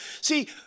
See